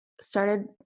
started